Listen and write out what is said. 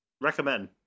recommend